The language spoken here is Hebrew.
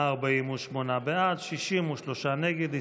48 בעד, 63 נגד.